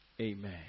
Amen